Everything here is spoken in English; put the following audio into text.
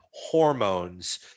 hormones